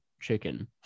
chicken